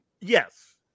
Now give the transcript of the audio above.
Yes